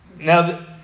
Now